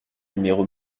numéro